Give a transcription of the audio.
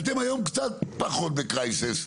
אתם היום קצת פחות בקרייסיס.